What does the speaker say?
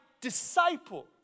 disciple